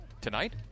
tonight